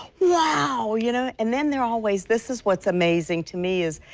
wow. you know and then they're always, this is what is amazing to me is,